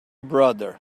brother